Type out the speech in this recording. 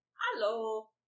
Hello